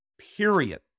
Period